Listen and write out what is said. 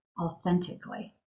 authentically